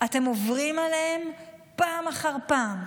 אתם עוברים עליהם פעם אחר פעם.